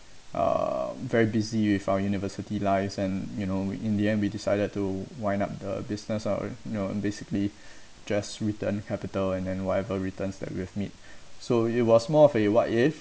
uh very busy with our university lives and you know we in the end we decided to wind up the business ar~ you know and basically just return capital and then whatever returns that we've meet so it was more of a what if